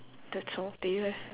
that's all do you have